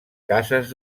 cases